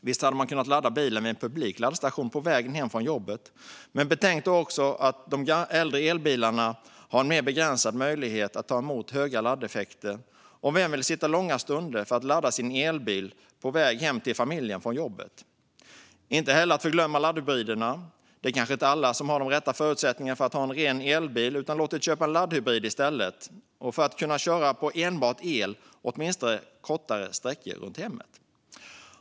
Visst hade man kunnat ladda bilen vid en publik laddstation på vägen hem från jobbet, men betänk då också att de äldre elbilarna har en mer begränsad möjlighet att ta emot höga laddeffekter. Och vem vill sitta långa stunder och ladda sin elbil på väg hem till familjen från jobbet? Laddhybriderna ska inte heller förglömmas. Det är kanske inte alla som har de rätta förutsättningarna för att ha en ren elbil. De har i stället köpt en laddhybrid för att kunna köra på enbart el åtminstone kortare sträckor runt hemmet.